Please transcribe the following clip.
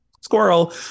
squirrel